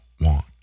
want